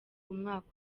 umwaka